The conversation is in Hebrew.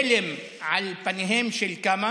הלם על פניהם של כמה.